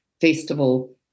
festival